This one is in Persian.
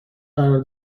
قرار